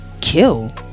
kill